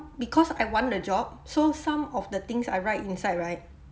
because I want the job so some of the things I write inside right